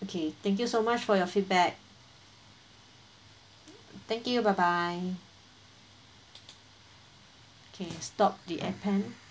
okay thank you so much for your feedback thank you bye bye okay stop the appen